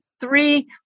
three